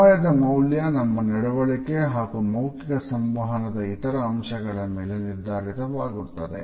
ಸಮಯದ ಮೌಲ್ಯ ನಮ್ಮ ನಡವಳಿಕೆ ಹಾಗೂ ಮೌಖಿಕ ಸಂವಹನದ ಇತರ ಅಂಶಗಳ ಮೇಲೆ ನಿರ್ಧಾರಿತವಾಗುತ್ತದೆ